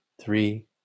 three